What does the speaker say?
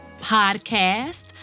podcast